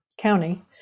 county